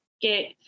get